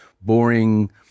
boring